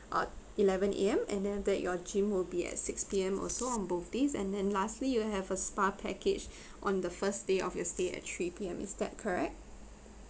uh eleven A_M and then after that your gym will be at six P_M also on both days and then lastly you'll have a spa package on the first day of your stay at three P_M is that correct